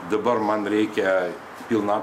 dabar man reikia pilną